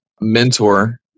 mentor